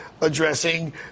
addressing